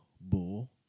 bull